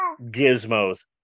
gizmos